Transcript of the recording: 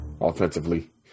offensively